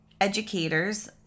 educators